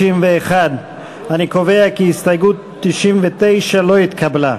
61. אני קובע כי הסתייגות 99 לא התקבלה.